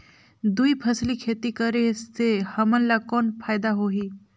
दुई फसली खेती करे से हमन ला कौन फायदा होही?